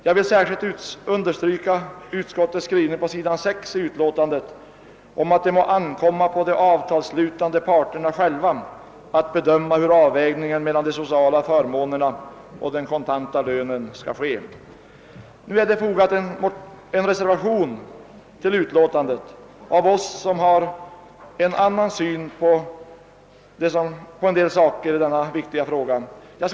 Jag vill särskilt fästa uppmärksamheten på utskottets skrivning på s. 6 i utlåtandet, där det sägs att det må ankomma på de avtalsslutande parterna själva att avgöra hur avvägningen mellan de sociala förmånerna och kontant lön skall göras. Till utlåtandet har vi som har en annan syn på denna viktiga fråga fogat en reservation.